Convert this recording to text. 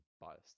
biased